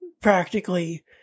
practically